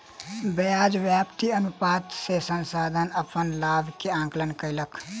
ब्याज व्याप्ति अनुपात से संस्थान अपन लाभ के आंकलन कयलक